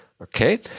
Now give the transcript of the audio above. Okay